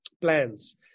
plans